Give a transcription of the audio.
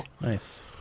nice